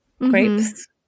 grapes